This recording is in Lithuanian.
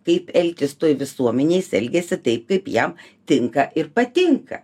kaip elgtis toj visuomenėj jis elgiasi taip kaip jam tinka ir patinka